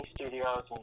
Studios